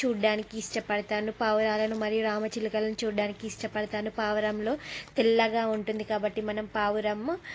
చూడడానికి ఇష్టపడుతాను పావురాలను మరియు రామచిలుకలను చూడడానికి ఇష్టపడుతాను పావురంలో తెల్లగా ఉంటుంది కాబట్టి మనం పావురం